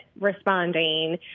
responding